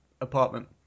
apartment